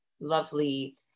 lovely